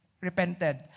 repented